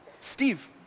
Steve